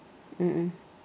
mmhmm